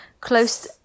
close